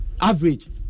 average